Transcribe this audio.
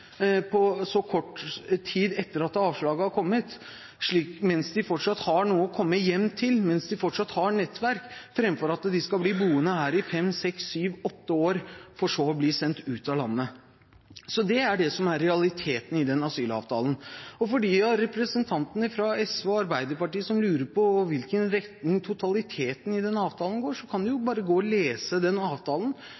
for så å bli sendt ut av landet. Det er det som er realiteten i denne asylavtalen. De av representantene fra SV og Arbeiderpartiet som lurer på i hvilken retning totaliteten i denne avtalen går, kan bare lese avtalen punkt for punkt, så kan